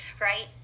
right